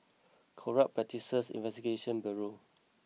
Corrupt Practices Investigation Bureau